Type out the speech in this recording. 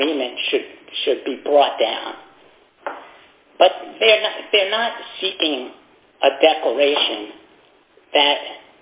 agreement should should be brought down but they're not seeking a declaration that